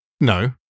No